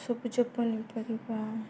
ସବୁଜ ପନିପରିବା